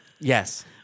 Yes